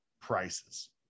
prices